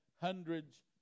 hundreds